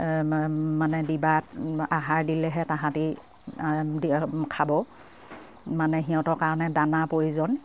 মানে দিবাত আহাৰ দিলেহে তাহাঁতি খাব মানে সিহঁতৰ কাৰণে দানা প্ৰয়োজন